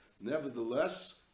nevertheless